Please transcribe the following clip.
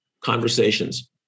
conversations